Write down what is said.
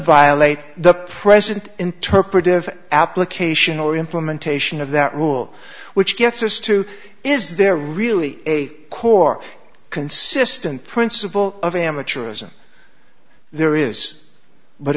violate the present interpretive application or implementation of that rule which gets us to is there really a core consistent principle of amateurism there is but